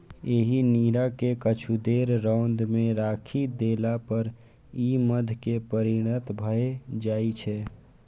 एहि नीरा कें किछु देर रौद मे राखि देला पर ई मद्य मे परिणत भए जाइ छै